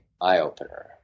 eye-opener